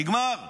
נגמר.